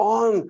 on